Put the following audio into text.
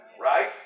Right